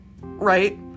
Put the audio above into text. right